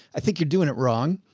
i think you're doing it wrong.